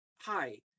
Hi